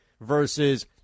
versus